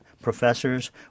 professors